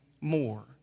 more